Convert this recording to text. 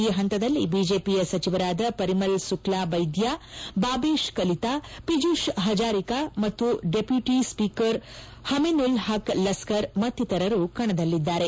ಈ ಹಂತದಲ್ಲಿ ಬಿಜೆಪಿಯ ಸಚಿವರಾದ ಪರಿಮಲ್ ಸುಕ್ಲಾ ಬೈದ್ಲಾ ಬಾಬೇಶ್ ಕಲಿತಾ ಪಿಐಷ್ ಪಜಾರಿಕಾ ಮತ್ತು ಡೆಪ್ಲೂಟಿ ಸ್ಪೀಕರ್ ಪಮಿನುಲ್ ಪಕ್ ಲಸ್ಗರ್ ಮತ್ತಿತರರು ಕಣದಲ್ಲಿದ್ದಾರೆ